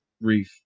reef